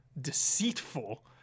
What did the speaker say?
deceitful